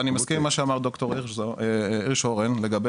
אני מסכים אם מה שאמר ד"ר הירשהורן לגבי